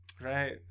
right